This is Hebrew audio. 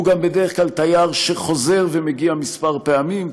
הוא גם בדרך כלל תייר שחוזר ומגיע כמה פעמים,